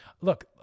Look